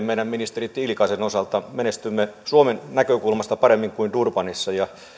meidän ministeri tiilikaisen osalta menestymme suomen näkökulmasta paremmin kuin durbanissa